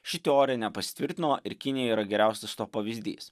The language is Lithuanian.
ši teorija nepasitvirtino ir kinija yra geriausias to pavyzdys